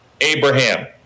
Abraham